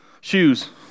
shoes